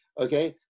Okay